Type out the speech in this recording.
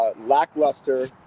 lackluster